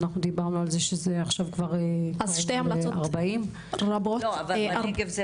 אנחנו דיברנו על זה שזה עכשיו כבר 40. לא זה על הנגב.